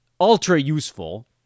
ultra-useful